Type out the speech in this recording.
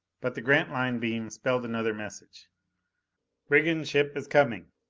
but the grantline beam spelled another message brigand ship is coming.